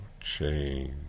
change